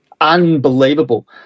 Unbelievable